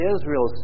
Israel